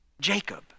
Jacob